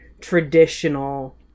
traditional